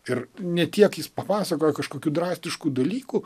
ir ne tiek jis papasakojo kažkokių drastiškų dalykų